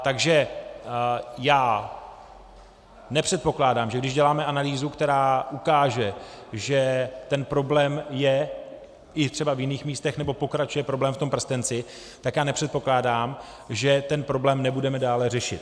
Takže já nepředpokládám, že když děláme analýzu, která ukáže, že ten problém je i třeba v jiných místech, nebo pokračuje problém v tom prstenci, tak já nepředpokládám, že ten problém nebudeme dále řešit.